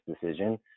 decision